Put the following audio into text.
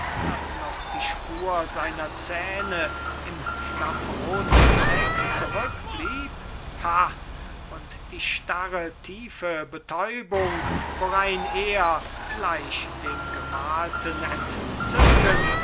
daß noch die spur seiner zähne im flammroten fleck zurückblieb ha und die starre tiefe betäubung worein er gleich dem gemalten entzücken